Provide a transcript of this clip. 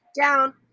down